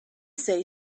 say